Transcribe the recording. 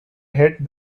hit